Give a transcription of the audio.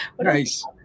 Nice